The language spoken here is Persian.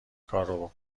کارو